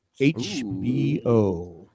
HBO